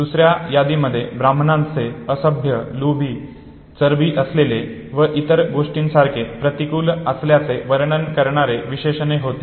दुसर्या यादीमध्ये ब्राह्मणांचे असभ्य लोभी चरबी असलेले व इतर गोष्टीसारखे प्रतिकूल असल्याचे वर्णन करणारे विशेषणे होते